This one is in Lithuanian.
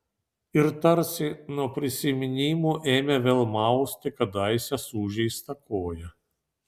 ir tarsi nuo prisiminimų ėmė vėl mausti kadaise sužeistą koją